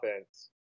offense